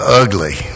ugly